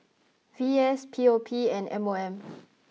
V S P O P and M O M